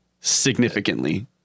significantly